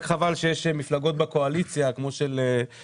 רק חבל שיש מפלגות בקואליציה כמו המפלגה